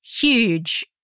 huge